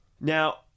Now